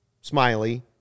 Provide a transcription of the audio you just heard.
Smiley